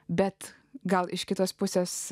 bet gal iš kitos pusės